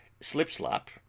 Slipslop